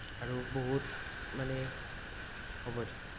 আৰু বহুত মানে হ'ব দ